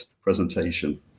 presentation